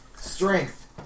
Strength